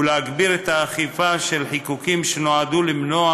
ולהגביר את האכיפה של חיקוקים שנועדו למנוע